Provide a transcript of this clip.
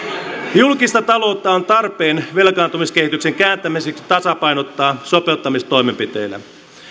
julkista taloutta on tarpeen velkaantumiskehityksen kääntämiseksi tasapainottaa sopeuttamistoimenpiteillä